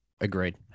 Agreed